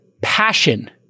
passion